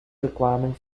requirement